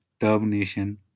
termination